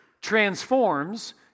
transforms